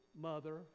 mother